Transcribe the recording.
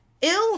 Ill